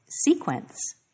sequence